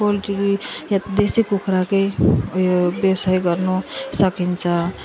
poultry वा त देसी कुखुराको उयो व्यवसाय गर्नु सकिन्छ